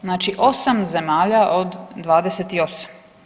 Znači 8 zemalja od 28.